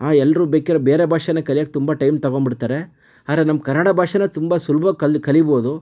ಆಂ ಎಲ್ಲರೂ ಬೇಕಾರೆ ಬೇರೆ ಭಾಷೇನ ಕಲಿಯಕ್ಕೆ ತುಂಬ ಟೈಮ್ ತೊಗೊಂಡ್ಬಿಡ್ತಾರೆ ಆದರೆ ನಮ್ಮ ಕನ್ನಡ ಭಾಷೇನ ತುಂಬ ಸುಲ್ಬ್ವಾಗಿ ಕಲಿ ಕಲೀಬೋದು